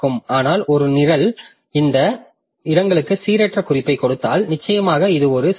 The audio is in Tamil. ஆனால் ஒரு நிரல் இந்த இடங்களுக்கு சீரற்ற குறிப்பைக் கொடுத்தால் நிச்சயமாக இது ஒரு சிக்கல்